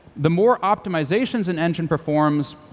the more optimizations an engine performs,